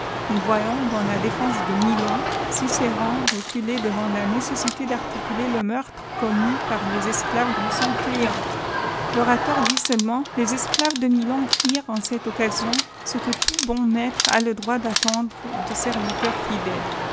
nous voyons dans la défense de miloii cicéron reculer devant la nécessité d articuler le meurtre ccrnubis par les esclaves de son client lorateur dit seulement les esclaves de milon firent en cette occasion ce que tout bon maître a le droit d'attendre de serviteurs fidèles